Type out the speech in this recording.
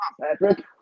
Patrick